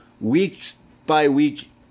week-by-week